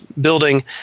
building